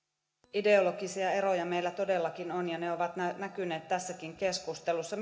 ideologisia eroja meillä todellakin on ja ne ovat näkyneet tässäkin keskustelussa